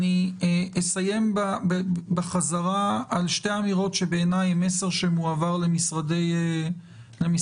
אסיים בחזרה על שתי אמירות שהן בעיניי מסר שמועבר למשרדי הממשלה.